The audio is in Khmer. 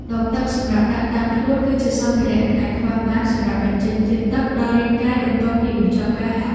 ដបទឹកសម្រាប់ដាក់តាមខ្លួន គឺជាសម្ភារៈមិនអាចខ្វះបានសម្រាប់បំពេញជាតិទឹកដល់រាងកាយបន្ទាប់ពីបញ្ចប់ការហាត់។